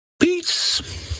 Peace